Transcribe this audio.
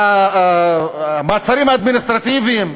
המעצרים האדמיניסטרטיביים,